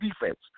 defense